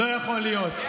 לא יכול להיות.